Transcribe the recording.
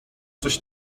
coś